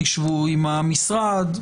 תשבו עם המשרד,